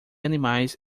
animais